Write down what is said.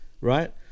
right